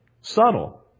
Subtle